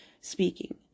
speaking